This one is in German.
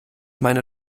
meine